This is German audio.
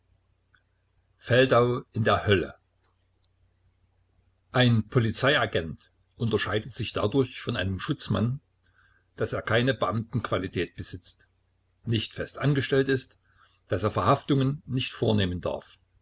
in der hölle ein polizeiagent unterscheidet sich dadurch von einem schutzmann daß er keine beamtenqualität besitzt nicht festangestellt ist daß er verhaftungen nicht vornehmen darf